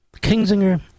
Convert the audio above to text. Kingsinger